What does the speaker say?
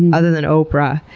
and other than oprah,